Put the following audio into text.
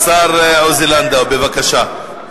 השר עוזי לנדאו, בבקשה.